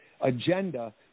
agenda